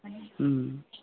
ꯎꯝ